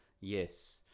Yes